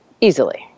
easily